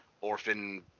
orphan –